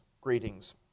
greetings